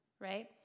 right